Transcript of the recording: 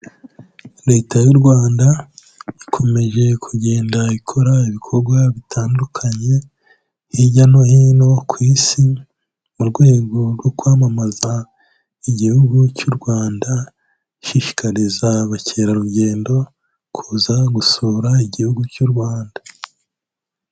Leta y'u Rwanda ikomeje kugenda ikora ibikorwa bitandukanye, hirya no hino ku Isi mu rwego rwo kwamamaza igihugu cy'u Rwanda, ishishikariza abakerarugendo kuza gusura igihugu cy'u Rwanda.